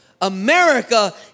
America